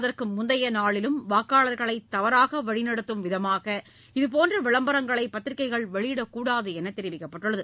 அதற்கு முந்தைய நாளிலும் வாக்காளர்களை தவறாக வழிநடத்தும் விதமாக இதுபோன்ற விளம்பரங்களை பத்திரிகைகள் வெளியிடக் கூடாது என தெரிவிக்கப்பட்டுள்ளது